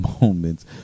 moments